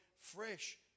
fresh